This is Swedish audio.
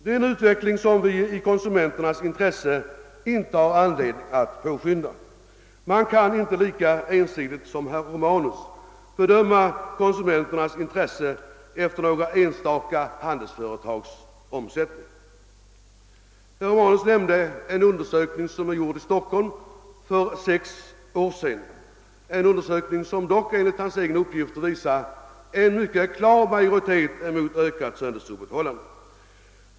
Det är en utveckling som vi i konsumenternas intresse inte har anledning att påskynda. Man kan inte lika ensidigt som herr Romanus bedöma konsumen ternas intresse efter några enstaka handelsföretags omsättning. Herr Romanus nämnde en undersökning som är gjord i Stockholm för sex år sedan, en undersökning, som dock enligt hans egen uppgift visar en mycket klar majoritet mot ett ökat söndagsöppethållande.